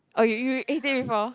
oh you you ate it before